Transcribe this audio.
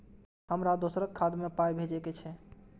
हमरा दोसराक खाता मे पाय भेजे के छै?